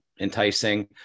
enticing